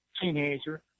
teenager